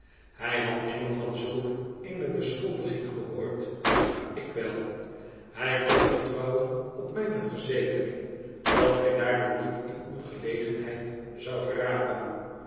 hij had nimmer van zulk eene beschuldiging gehoord maar ik wel hij kon vertrouwen op mijne verzekering dat hij daardoor niet in ongelegenheid zou geraken